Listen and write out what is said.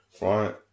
right